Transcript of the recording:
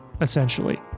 essentially